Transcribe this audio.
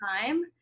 time